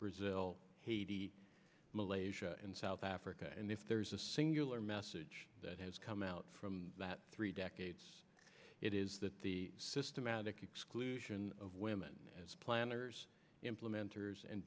brazil haiti malaysia and south africa and if there's a singular message that has come out from that three decades it is that the systematic exclusion of women as planners implemente